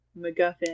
MacGuffin